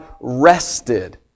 rested